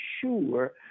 sure